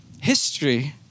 History